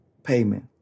payment